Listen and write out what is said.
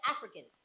African